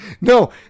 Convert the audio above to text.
no